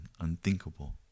unthinkable